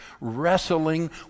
wrestling